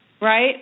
right